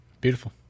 beautiful